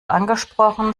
angesprochen